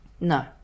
No